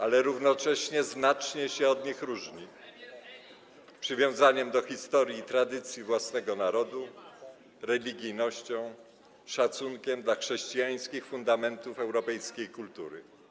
ale równocześnie znacznie się od nich różni przywiązaniem do historii i tradycji własnego narodu, religijnością, szacunkiem dla chrześcijańskich fundamentów europejskiej kultury.